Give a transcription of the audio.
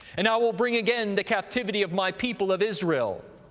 and i will bring again the captivity of my people of israel,